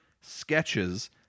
sketches